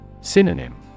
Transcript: Synonym